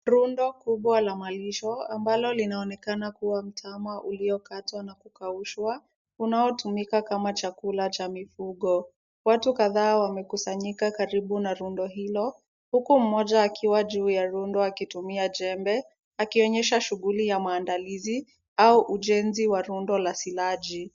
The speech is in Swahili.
Rundo kubwa la malisho ambalo linaonekana kuwa mtama uliokatwa na kukaushwa, unaotumika kama chakula cha mifugo. Watu kadhaa wamekusanyika karibu na rundo hilo, huku mmoja akiwa juu ya rundo akitumia jembe akionyesha shughuli ya maandalizi, au ujenzi wa rundo la silaji.